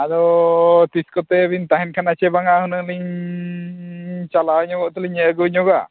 ᱟᱫᱚ ᱛᱤᱸᱥ ᱠᱚᱛᱮ ᱵᱤᱱ ᱛᱟᱦᱮᱱ ᱠᱟᱱᱟ ᱥᱮ ᱵᱟᱝᱟ ᱦᱩᱱᱟᱹᱝ ᱞᱤᱧ ᱪᱟᱞᱟᱣ ᱧᱚᱜᱚᱜ ᱛᱮᱞᱤᱧ ᱟᱹᱜᱩ ᱧᱚᱜᱟ